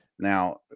Now